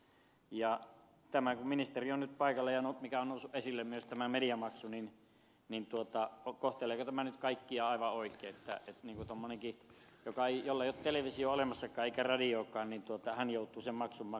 kun ministeri on nyt paikalla ja kun on noussut esille myös tämä mediamaksu niin kysyn kohteleeko tämä nyt kaikkia aivan oikein kun tuommoinenkin jolla ei ole televisiota olemassakaan eikä radiotakaan joutuu sen maksun maksamaan